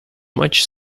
much